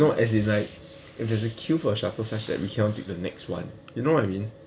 no as in like if there's a queue for shuttle such that we cannot take the next one you know what I mean